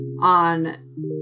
on